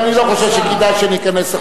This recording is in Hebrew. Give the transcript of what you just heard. אני לא חושב שכדאי שניכנס עכשיו,